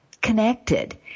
connected